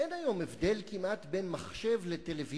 אין היום כמעט הבדל בין מחשב לטלוויזיה.